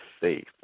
faith